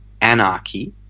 Anarchy